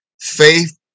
Faith